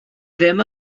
ddim